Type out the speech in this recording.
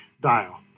dial